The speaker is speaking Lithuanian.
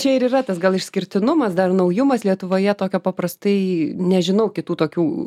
čia ir yra tas gal išskirtinumas dar naujumas lietuvoje tokio paprastai nežinau kitų tokių